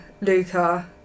Luca